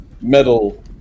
metal